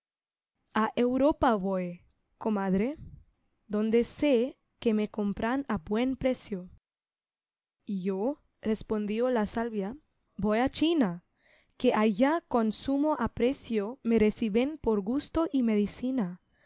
a europa voy comadre donde sé que me compran a buen precio y yo respondió la salvia voy a china que allá con sumo aprecio me reciben por gusto y medicina